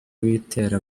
witera